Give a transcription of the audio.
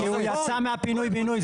כי הוא יצא מהפינוי בינוי.